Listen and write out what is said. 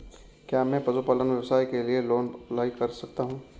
क्या मैं पशुपालन व्यवसाय के लिए लोंन अप्लाई कर सकता हूं?